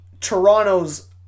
Toronto's